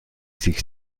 sich